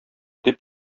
дип